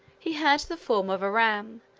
he had the form of a ram,